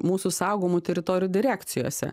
mūsų saugomų teritorijų direkcijose